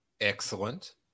Excellent